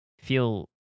feel